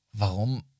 warum